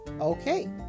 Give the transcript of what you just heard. okay